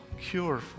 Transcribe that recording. cure